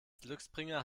glücksbringer